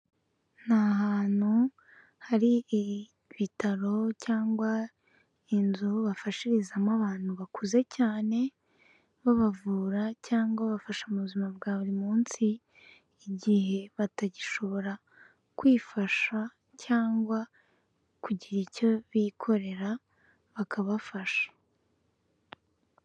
Ni ahantu hari ibitaro cyangwa inzu bafashirizamo abantu bakuze cyane, babavura cyangwa babafasha mu buzima bwa buri munsi, igihe batagishobora kwifasha cyangwa kugira icyo bikorera bakabafasha.